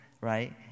right